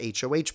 HOH